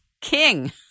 King